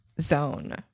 zone